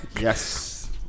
Yes